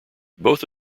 both